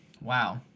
Wow